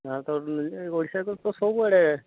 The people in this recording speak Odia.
ନା ତ ମିଳିଲେ ଓଡ଼ିଶା କୁ ତ ସବୁଆଡ଼େ